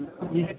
सुनिए